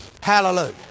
Hallelujah